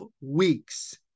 weeks